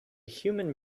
human